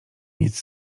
nic